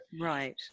Right